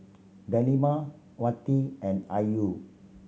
Delima Wati and Ayu